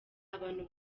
abantu